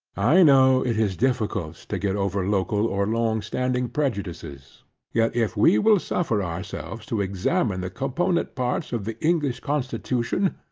i know it is difficult to get over local or long standing prejudices yet if we will suffer ourselves to examine the component parts of the english constitution,